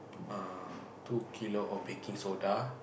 uh two kilo of baking soda